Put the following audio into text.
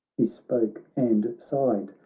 he spoke and sighed,